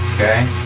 okay?